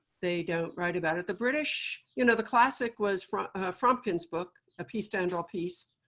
they don't write about it. the british you know the classic was from fromkin's book, a piece to end all peace,